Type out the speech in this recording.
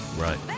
Right